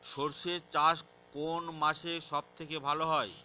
সর্ষে চাষ কোন মাসে সব থেকে ভালো হয়?